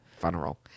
funeral